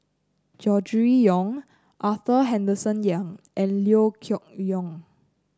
Gregory Yong Arthur Henderson Young and Liew Geok Leong